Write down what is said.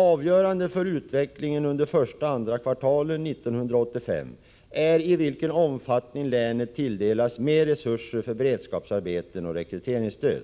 Avgörande för utvecklingen under första och andra kvartalet 1985 är i vilken omfattning länet tilldelas mer resurser för beredskapsarbeten och rekryteringsstöd.